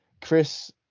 chris